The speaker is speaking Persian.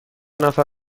نفر